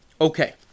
Okay